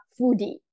foodie